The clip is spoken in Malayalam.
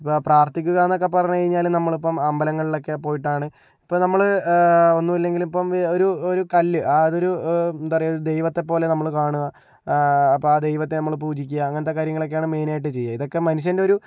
ഇപ്പോൾ പ്രാർത്ഥിക്കുക എന്നൊക്കെ പറഞ്ഞു കഴിഞ്ഞാല് നമ്മള് ഇപ്പോൾ അമ്പലങ്ങളിലൊക്കെ പോയിട്ടാണ് ഇപ്പോൾ നമ്മൾ ഒന്നും ഇല്ലെങ്കിൽ ഇപ്പോൾ ഒരു ഒരു കല്ല് ആ അതൊരു എന്താ പറയാ ദൈവത്തെപ്പോലെ നമ്മള് കാണുക അപ്പോൾ ആ ദൈവത്തെ നമ്മള് പൂജിക്കുക അങ്ങനത്തെ കാര്യങ്ങളൊക്കെയാണ് മെയിൻ ആയിട്ട് ചെയ്യുക ഇതൊക്കെ മനുഷ്യൻ്റെ ഒരു